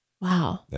wow